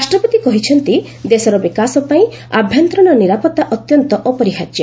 ରାଷ୍ଟ୍ରପତି କହିଛନ୍ତି ଦେଶର ବିକାଶ ପାଇଁ ଆଭ୍ୟନ୍ତରୀଣ ନିରାପତ୍ତା ଅତ୍ୟନ୍ତ ଅପରିହାର୍ଯ୍ୟ